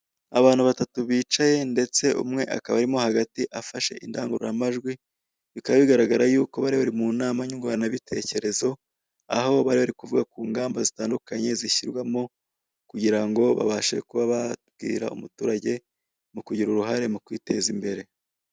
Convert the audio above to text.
Abantu batatu bicaye ndetse umwe akaba arimo hagati afashe indangururamajwi bikaba bigaragara yuko bari bari mu nama nyungurana bitekerezo, aho bari bari kuvuga ku ngamba zitandukanye zishyirwamo kugira ngo babashe kuba babwira umuturage mu kugira uruhare mu kwiteza imbere.